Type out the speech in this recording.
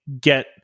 get